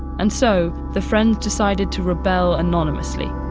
and so, the friends decided to rebel anonymously.